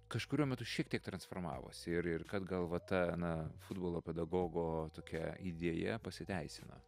kažkuriuo metu šiek tiek transformavos ir ir kad gal va ta na futbolo pedagogo tokia idėja pasiteisino